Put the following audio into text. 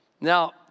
Now